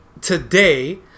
today